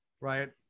right